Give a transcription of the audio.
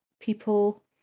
people